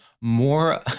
more